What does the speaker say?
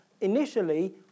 initially